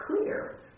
clear